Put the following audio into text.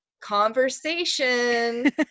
conversation